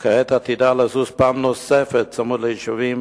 וכעת היא עתידה לזוז פעם נוספת, צמוד ליישובים